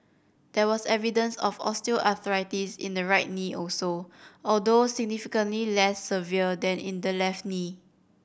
there was evidence of osteoarthritis in the right knee also although significantly less severe than in the left knee